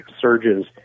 surges